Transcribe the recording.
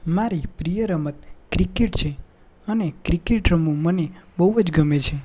મારી પ્રિય રમત ક્રિકેટ છે અને ક્રિકેટ રમવું મને બહુ જ ગમે છે